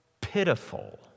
pitiful